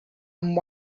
and